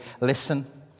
listen